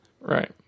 Right